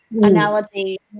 analogy